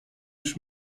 już